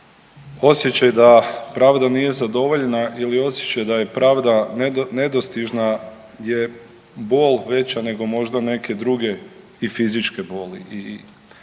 Osjećaj da pravda nije zadovoljena ili osjećaj da je pravda nedostižna je bol veća nego možda neke druge i fizičke boli.